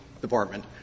department